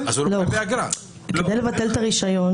כדי לבטל את הרישיון,